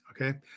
okay